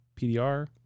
PDR